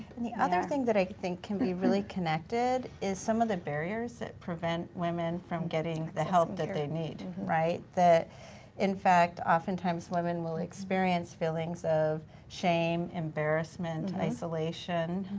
and the other thing that i think can be really connected is some of the barriers that prevent women from getting the help that they need, right? that in fact, oftentimes women women will experience feelings of shame, embarrassment, isolation,